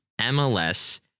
MLS